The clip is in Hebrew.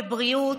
לבריאות,